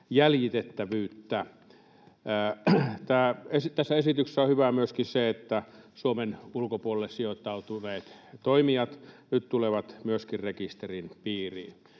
jäljitettävyyttä. Tässä esityksessä on hyvää myöskin se, että Suomen ulkopuolelle sijoittautuneet toimijat nyt tulevat myöskin rekisterin piiriin.